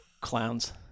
Clowns